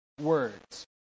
words